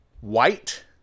white